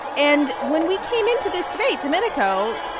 and when we came into this debate, domenico,